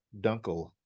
Dunkel